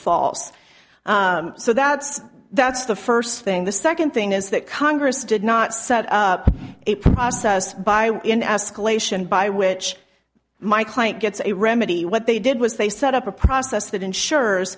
false so that's that's the first thing the second thing is that congress did not set up a process by in escalation by which my client gets a remedy what they did was they set up a process that ensures